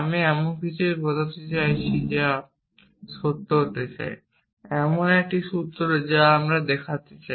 আমরা এমন কিছু বলতে চাইছি যা আমরা সত্য হতে চাই এমন একটি সূত্র যা আমরা দেখাতে চাই